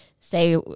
say